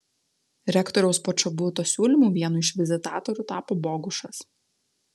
rektoriaus počobuto siūlymu vienu iš vizitatorių tapo bogušas